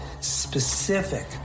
specific